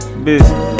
Bitch